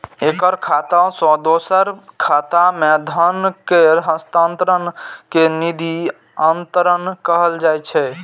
एक खाता सं दोसर खाता मे धन केर हस्तांतरण कें निधि अंतरण कहल जाइ छै